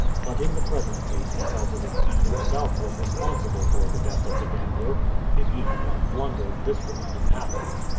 but in the present case he felt as if he himself was responsible for the death of the gambler if he had not blundered this would not have happened.